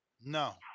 No